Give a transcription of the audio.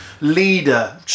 leader